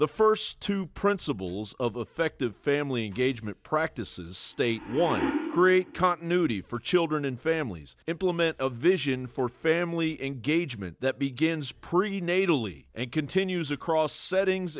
the first two principles of effective family gauge mut practices state one brick continuity for children and families implement a vision for family engagement that begins prenatally and continues across settings